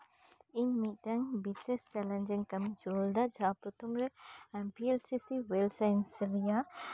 ᱤᱧ ᱢᱤᱫᱴᱟᱝ ᱵᱤᱥᱮᱥ ᱪᱮᱞᱮᱧᱡᱤᱧ ᱠᱟ ᱢᱤ ᱦᱚᱪᱚ ᱞᱮᱫᱟ ᱡᱟᱦᱟᱸ ᱫᱚ ᱯᱨᱚᱛᱷᱚᱢ ᱨᱮ ᱮᱢᱯᱤᱞ ᱥᱮᱥᱤ ᱚᱭᱮᱞ ᱥᱮᱱ ᱥᱮᱱᱤᱧᱟ